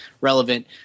relevant